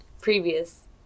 previous